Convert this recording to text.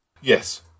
Yes